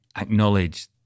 acknowledge